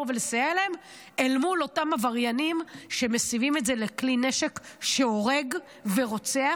ולסייע להם אל מול אותם עבריינים שמסיבים את זה לכלי נשק שהורג ורוצח,